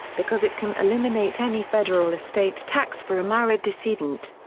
because it can eliminate any federal estate tax for a married decedent.